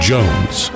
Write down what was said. Jones